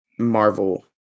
Marvel